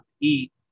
eat